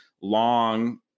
long